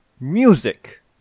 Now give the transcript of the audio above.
music